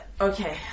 okay